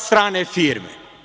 Strane firme.